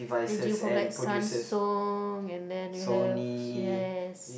ranging from like Samsung and then we have